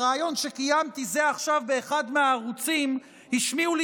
בריאיון שקיימתי זה עכשיו באחד מהערוצים השמיעו לי